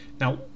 Now